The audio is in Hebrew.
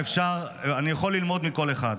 אדוני השר, אני יכול ללמוד מכל אחד,